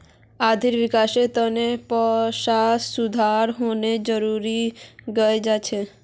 आर्थिक विकासेर तने पैसात सुधार होना जरुरी हय जा छे